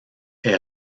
est